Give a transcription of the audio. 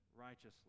righteously